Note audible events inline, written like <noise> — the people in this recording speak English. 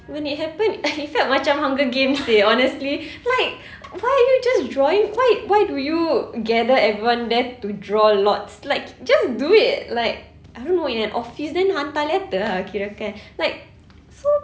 when it happened <laughs> it felt macam hunger games seh honestly like why don't you just drawing why why do you gather everyone there to draw lots like just do it like I don't know in an office then hantar letter kirakan like so